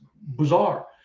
bizarre